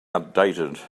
outdated